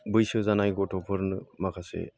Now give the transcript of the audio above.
बैसो जानाय गथ'फोरनो माखासे